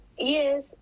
Yes